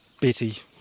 Betty